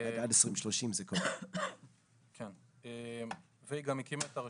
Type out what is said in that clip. כלומר עד 2030 זה כבר לא יהיה.